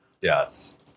Yes